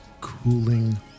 cooling